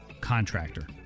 contractor